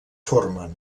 formen